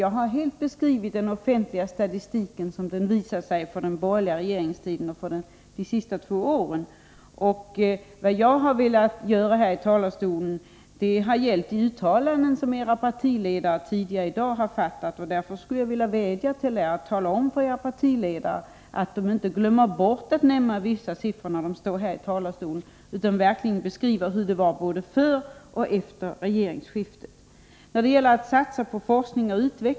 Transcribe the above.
Jag har beskrivit vad den offentliga statistiken visar för den borgerliga regeringstiden och för de senaste två åren, och vad jag har angripit är de uttalanden som era partiledare har gjort tidigare i dag. Jag skulle vilja vädja till er att tala om för era partiledare att de inte skall glömma bort att nämna vissa siffror när de står här i talarstolen utan verkligen beskriva hur det var både före och efter regeringsskiftet.